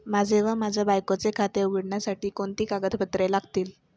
माझे व माझ्या बायकोचे खाते उघडण्यासाठी कोणती कागदपत्रे लागतील?